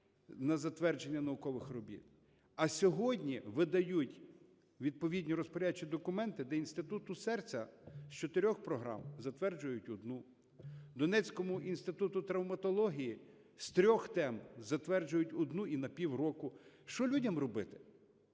на затвердження наукових робіт. А сьогодні видають відповідні розпорядчі документи, де Інституту серця з чотирьох програм затверджують одну, Донецькому інституту травматології з трьох тем затверджують одну і на півроку. Що людям робити?